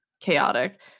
chaotic